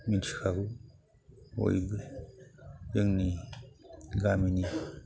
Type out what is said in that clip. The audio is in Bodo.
मिथिखागौ बयबो जोंनि गामिनि